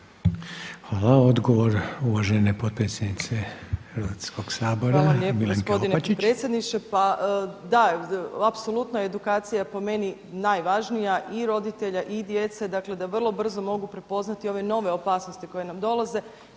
sabora, Milanke Opačić. **Opačić, Milanka (SDP)** Hvala lijepo gospodine potpredsjedniče. Pa da, apsolutno je edukacija po meni najvažnija i roditelja i djece, dakle da vrlo brzo mogu prepoznati ove nove opasnosti koje nam dolaze,